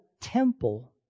temple